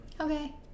Okay